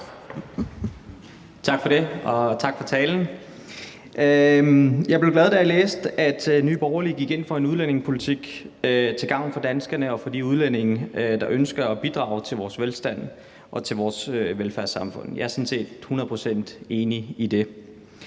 Tak for det, og tak for talen. Jeg blev glad, da jeg læste, at Nye Borgerlige gik ind for en udlændingepolitik til gavn for danskerne og for de udlændinge, der ønsker at bidrage til vores velstand og til vores velfærdssamfund. Jeg er sådan set hundrede procent enig i det,